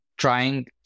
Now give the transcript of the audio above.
Trying